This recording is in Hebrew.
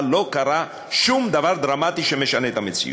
אבל לא קרה שום דבר דרמטי שמשנה את המציאות.